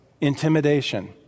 intimidation